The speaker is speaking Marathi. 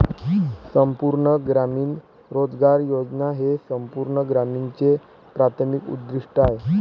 संपूर्ण ग्रामीण रोजगार योजना हे संपूर्ण ग्रामीणचे प्राथमिक उद्दीष्ट आहे